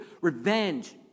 revenge